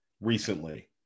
recently